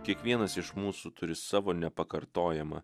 kiekvienas iš mūsų turi savo nepakartojamą